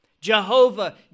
Jehovah